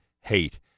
hate